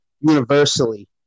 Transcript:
universally